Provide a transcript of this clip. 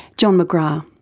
john mcgrath.